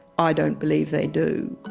i don't believe they do